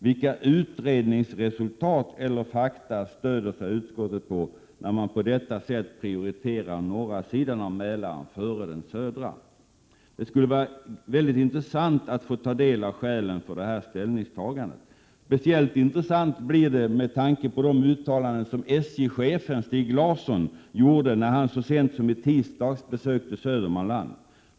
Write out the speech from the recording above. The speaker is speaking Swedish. Vilka utredningsresultat eller fakta stöder sig utskottet på när man på detta sätt prioriterar norra sidan av Mälaren före den södra? Det skulle var mycket intressant att få ta del av skälen för detta ställningstagande. Speciellt intressant blir det med tanke på de uttalanden som SJ-chefen Stig Larsson gjorde när han så sent som i tisdags besökte Södermanland.